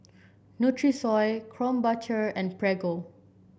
Nutrisoy Krombacher and Prego